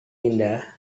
indah